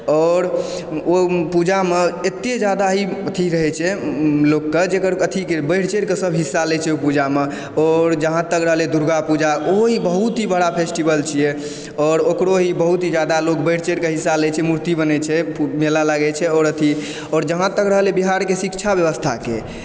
आओर ओ पूजामे एतय जादा ही अथी रहैत छै लोकके जकर अथी के बढ़ि चढ़िके सभ हिस्सा लय छै ओहि पूजामे आओर जहाँ तक रहलै दुर्गापूजा ओहो ही बहुत ही बड़ा फेस्टिवल छियै आओर ओकरो ही बहुत ही जादा लोक बढ़ि चढ़िके हिस्सा लय छै मूर्ति बनै छै मेला लागै छै आओर अथी आओर जहाँ तक रहलै बिहारके शिक्षा व्यवस्थाके